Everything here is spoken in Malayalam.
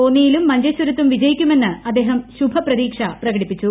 കോന്നിയിലും മഞ്ചേശ്വരത്തും വിജയിക്കുമെന്ന് അദ്ദേഹം ശുഭ പ്രതീക്ഷ പ്രകടിപ്പിച്ചു